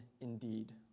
indeed